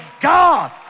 God